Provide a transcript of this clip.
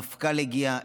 המפכ"ל הגיע,